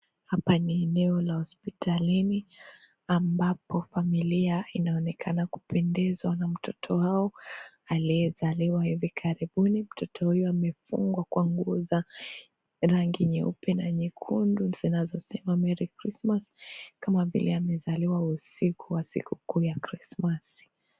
Hapa ni eneo la hospitalini ambapo familia inaonekana kupendezwa na mtoto wao aliyezaliwa hivi karibuni. Mtoto huyo amefungwa kwa nguo za rangi nyeupe na nyekundu zinazosema "Merry Christmas" kama vile amezaliwa siku kuu ya Krismasi.